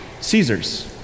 Caesar's